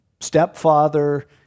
stepfather